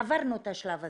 עברנו את השלב הזה.